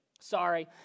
Sorry